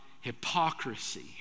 hypocrisy